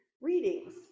readings